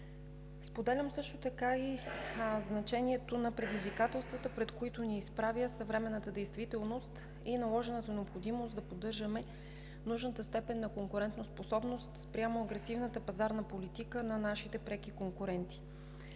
Споделям също така и значението на предизвикателствата, пред които ни изправя съвременната действителност и наложената необходимост да поддържаме нужната степен на конкурентоспособност спрямо агресивната пазарна политика на нашите преки конкуренти.